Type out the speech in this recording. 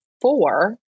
four